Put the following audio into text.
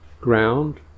ground